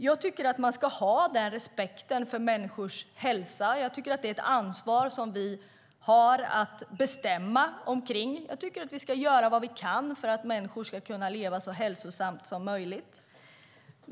Jag tycker att man ska den respekten för människors hälsa. Det är ett ansvar som vi har att bestämma omkring. Jag tycker att vi ska göra vad vi kan för att människor ska kunna leva så hälsosamt som möjligt.